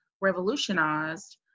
revolutionized